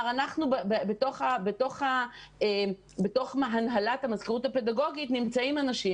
בתוך הנהלת המזכירות הפדגוגית נמצאים אנשים